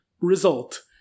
result